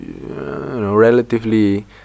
relatively